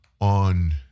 on